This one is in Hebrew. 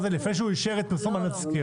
זה לפני שהוא אישר את פרסום התזכיר.